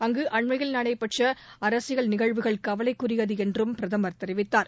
அங்கு அண்மையில் நடைபெற்ற அரசியல் நிகழ்வுகள் கவலைக்குரியது என்றும் பிரதமர் தெரிவித்தார்